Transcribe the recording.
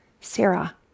Sarah